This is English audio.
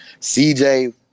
CJ –